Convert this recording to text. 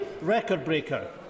record-breaker